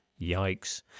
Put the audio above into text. Yikes